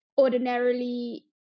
ordinarily